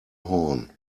horn